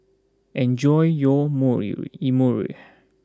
enjoy your Imoni